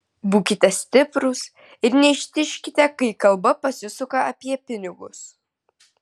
būkite stiprūs ir neištižkite kai kalba pasisuka apie pinigus